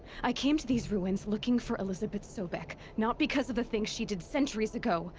i came to these ruins looking for elisabet sobeck. not because of the things she did centuries ago.